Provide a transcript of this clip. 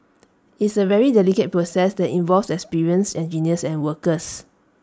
it's A very delicate process that involves experienced engineers and workers